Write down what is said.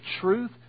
truth